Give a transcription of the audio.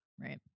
Right